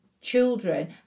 children